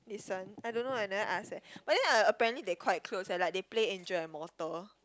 listen I don't know I never ask eh but then uh apparently they quite close leh like they play angel and mortal